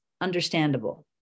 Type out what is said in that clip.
understandable